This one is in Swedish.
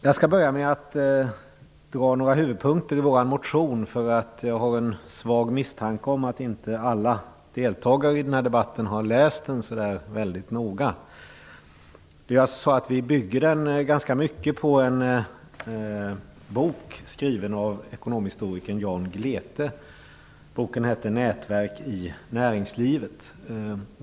Jag skall börja med att dra några huvudpunkter i vår motion, eftersom jag har en svag misstanke om att inte alla deltagare i den här debatten har läst den så där väldigt noga. Vi bygger motionen ganska mycket på en bok skriven av ekonomhistorikern Jan Glete. Boken heter Nätverk i näringslivet.